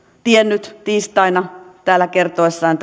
tiennyt tiistaina täällä kertoessaan